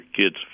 kids